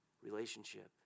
relationship